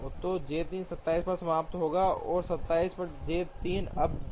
तो J 3 27 पर समाप्त होगा और 27 पर J 3 अब M 3 में जाएगा